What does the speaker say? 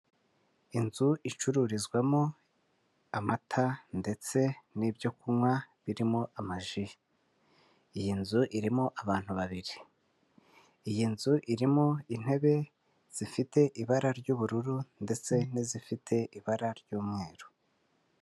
Inzu icururizwamo amata ndetse n'ibyokunywa birimo amaji. Iyi nzu irimo abantu babiri. Iyi nzu irimo intebe zifite ibara ry'ubururu ndetse n'izifite ibara ry'umweru.